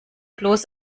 bloß